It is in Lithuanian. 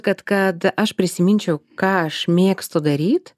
kad kad aš prisiminčiau ką aš mėgstu daryt